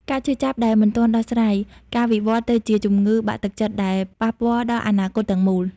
ការឈឺចាប់ដែលមិនទាន់ដោះស្រាយ អាចវិវត្តទៅជាជំងឺបាក់ទឹកចិត្ត ដែលប៉ះពាល់ដល់អនាគតទាំងមូល។